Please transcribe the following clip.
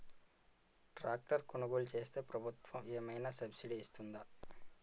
Tractor కొనుగోలు చేస్తే ప్రభుత్వం ఏమైనా సబ్సిడీ ఇస్తుందా?